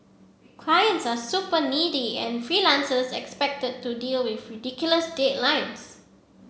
clients are super needy and freelancers expected to deal with ridiculous deadlines